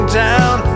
town